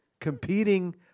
competing